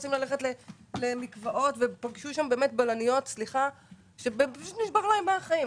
שרוצים ללכת למקוואות והיו שם בלניות שנשבר להן מהחיים.